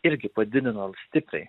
irgi padidino stipriai